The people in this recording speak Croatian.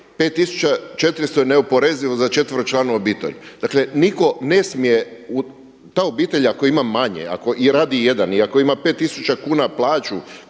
5400 je neoporezivo za četveročlanu obitelj. Dakle, nitko ne smije, ta obitelj ako ima manje i ako radi jedan i ako ima 5000 kuna plaću